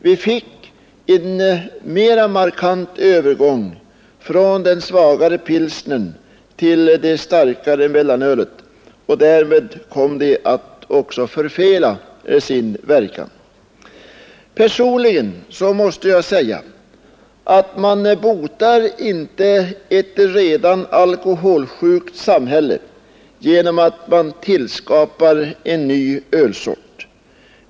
Vi fick en mera markant övergång från den svagare pilsnern till det starkare mellanölet, och därmed kom det att också förfela sin verkan. Personligen måste jag säga att man inte botar ett redan alkoholsjukt samhälle genom att man tillskapar en ny ölsort.